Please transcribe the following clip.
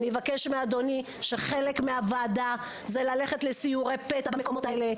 אני אבקש מאדוני שחלק מהוועדה זה ללכת לסיורי פתע במקומות האלה,